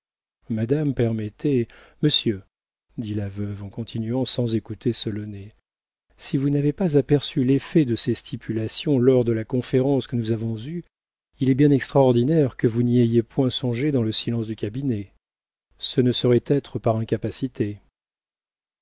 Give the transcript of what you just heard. madame permettez monsieur dit la veuve en continuant sans écouter solonet si vous n'avez pas aperçu l'effet de ces stipulations lors de la conférence que nous avons eue il est bien extraordinaire que vous n'y ayez point songé dans le silence du cabinet ce ne saurait être par incapacité